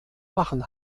machen